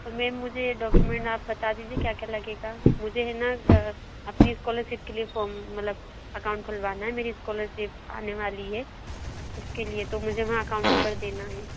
तो मैम मुझे डॉक्यूमेंट आप बता दीजिए क्या क्या लगेगा मुझे है न अपनी स्कॉलरशिप के लिए फॉर्म मतलब अकाउंट खुलवाना है मेरी स्कॉलरशिप आने वाली है उसके लिए तो मुझे वहाँ अकाउंट नम्बर देना है